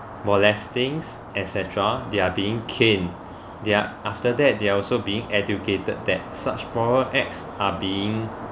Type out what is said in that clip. more less things et cetera they are being cane they are after that they are also being educated that such moral acts are being